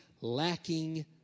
lacking